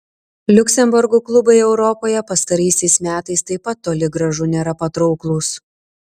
liuksemburgo klubai europoje pastaraisiais metais taip pat toli gražu nėra patrauklūs